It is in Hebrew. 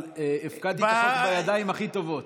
אבל הפקדתי את החוק בידיים הכי טובות.